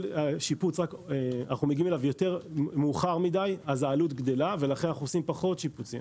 שיפוץ מאוחר מדי אז העלות גדלה ולכן אנחנו עושים פחות שיפוצים.